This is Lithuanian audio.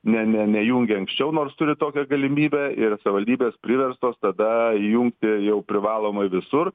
ne ne nejungia anksčiau nors turi tokią galimybę ir savivaldybės priverstos tada įjungti jau privalomai visur